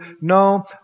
No